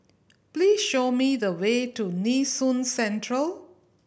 please show me the way to Nee Soon Central